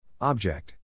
Object